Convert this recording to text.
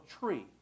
tree